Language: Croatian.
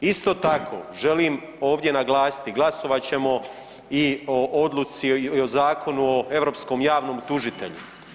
Isto tako želim ovdje naglasiti glasovat ćemo i o odluci i o Zakonu o europskom javnom tužitelju.